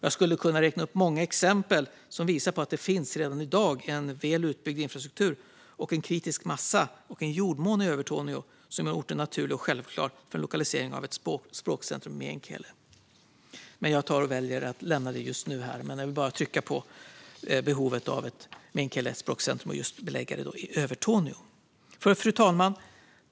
Jag skulle kunna räkna upp många exempel som visar att det redan i dag finns en väl utbyggd infrastruktur och en kritisk massa - en jordmån - i Övertorneå som gör orten naturlig och självklar för en lokalisering av ett språkcentrum för meänkieli, men jag lämnar detta ämne just nu. Jag vill bara framhålla behovet av ett meänkielicentrum och att det bör förläggas just i Övertorneå. Fru talman!